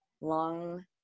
long